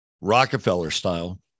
Rockefeller-style